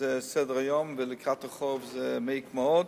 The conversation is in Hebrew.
שזה על סדר-היום, ולקראת החורף זה מעיק מאוד.